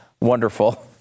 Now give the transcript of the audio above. wonderful